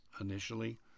initially